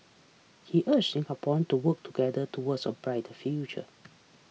he urged Singaporean to work together towards a brighter future